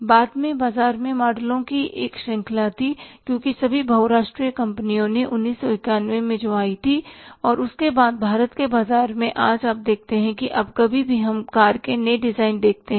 बाद में बाजार में मॉडलों की एक श्रृंखला थीक्योंकि सभी बहु राष्ट्रीय कंपनियों ने 1991 में आई थी और उसके बाद भारत के बाजार में और आज आप देखते हैं कि अब कभी भी हम कार के नए डिजाइन देखते हैं